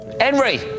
Henry